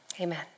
Amen